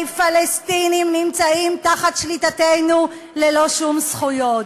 פלסטינים נמצאים תחת שליטתנו ללא שום זכויות.